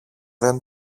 δεν